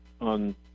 on